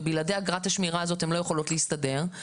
ובלעדי אגרת השמירה הזאת הן לא יכולות להסתדר,